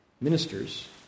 ministers